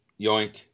Yoink